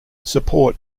support